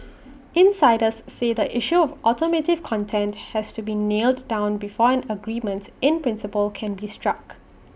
insiders say the issue of automotive content has to be nailed down before an agreement in principle can be struck